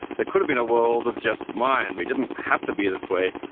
there could've been a world of just mind. didn't have to be this way,